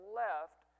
left